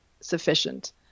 sufficient